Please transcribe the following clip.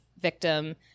victim